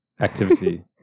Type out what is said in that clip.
activity